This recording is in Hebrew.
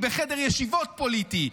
בחדר ישיבות פוליטי,